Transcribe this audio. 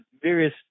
various